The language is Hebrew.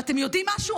אתם יודעים משהו?